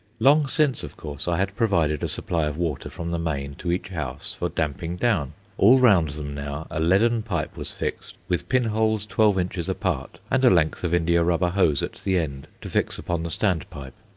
long since, of course, i had provided a supply of water from the main to each house for damping down. all round them now a leaden pipe was fixed, with pin-holes twelve inches apart, and a length of indiarubber hose at the end to fix upon the stand-pipe.